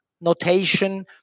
notation